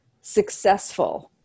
successful